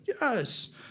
Yes